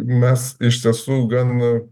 mes iš tiesų gan